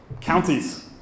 counties